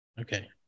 okay